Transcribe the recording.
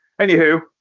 Anywho